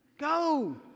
Go